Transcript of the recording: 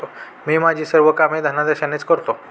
मी माझी सर्व कामे धनादेशानेच करतो